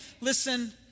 Listen